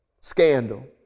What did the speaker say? Scandal